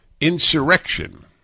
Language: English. insurrection